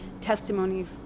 testimony